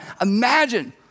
imagine